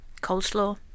coleslaw